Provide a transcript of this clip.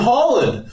Holland